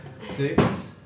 Six